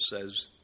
says